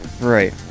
Right